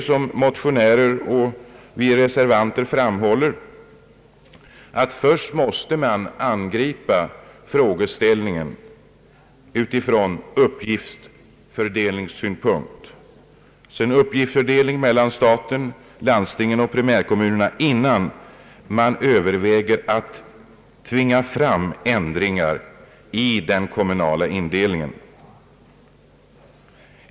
Som motionärer och reservanter framhåller måste man först klargöra uppgiftsfördelningen mellan staten, landstingen och primärkommunerna, innan man överväger att tvinga fram ändringar i den kommunala indelningen.